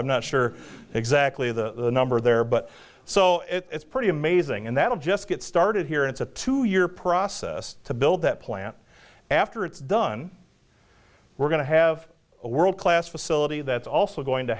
i'm not sure exactly the number there but so it's pretty amazing and that'll just get started here it's a two year process to build that plant after it's done we're going to have a world class facility that's also going to